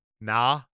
nah